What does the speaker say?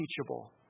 teachable